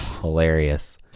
Hilarious